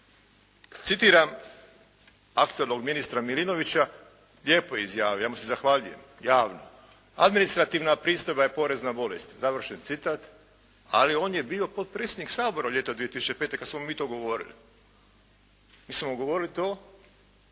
Citiram, aktualnog ministra Milinovića, lijepo je izjavio, ja mu se zahvaljujem javno. "Administrativna pristojba je porez na bolest" završen citat, ali on je bio potpredsjednik Sabora u ljeto 2005. kada smo mu mi to govorili. Mi smo mu govorili to,